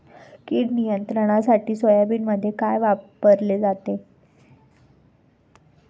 कीड नियंत्रणासाठी सोयाबीनमध्ये काय वापरले जाते?